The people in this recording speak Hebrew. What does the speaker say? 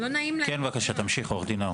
כן, בבקשה תמשיך, עו"ד נאור.